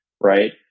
right